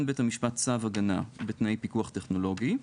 בית המשפט צו הגנה בתנאי פיקוח טכנולוגי,